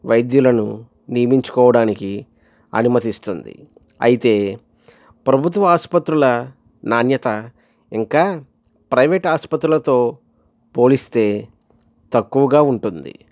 వైద్యులను నిమించుకోవడానికి అనుమతిస్తుంది అయితే ప్రభుత్వ ఆసుపత్రుల నాణ్యత ఇంకా ప్రైవేట్ ఆస్పత్రులతో పోలిస్తే తక్కువగా ఉంటుంది